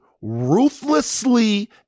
ruthlessly